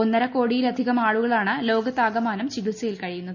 ഒന്നര കോടിയിലധികം ആളുകളാണ് ലോകത്താകമാനം ചികിത്സയിൽ കഴിയുന്നത്